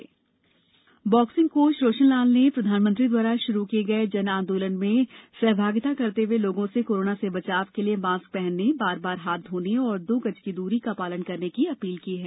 जन आंदोलन boxing coach Roshan Lal ने प्रधानमंत्री द्वारा शुरू किए गए जन आंदोलन में सहभागिता करते हुए लोगों से कोरोना से बचाव के लिए मास्क पहनने बार बार हाथ धोने और दो गज की दूरी का पालन करने की अपील की है